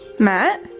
matt?